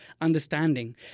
understanding